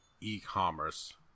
e-commerce